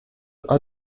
are